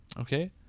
Okay